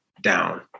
down